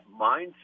mindset